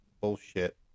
bullshit